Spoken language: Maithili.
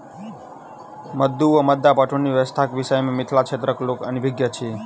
मद्दु वा मद्दा पटौनी व्यवस्थाक विषय मे मिथिला क्षेत्रक लोक अनभिज्ञ अछि